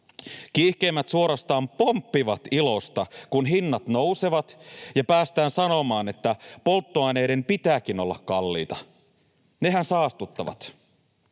Kiihkeimmät suorastaan pomppivat ilosta, kun hinnat nousevat ja päästään sanomaan, että polttoaineiden pitääkin olla kalliita, nehän saastuttavat.